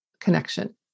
connection